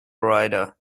rider